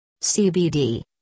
CBD